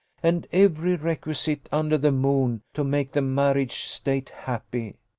and every requisite under the moon, to make the marriage state happy.